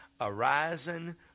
arising